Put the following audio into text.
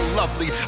lovely